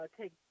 take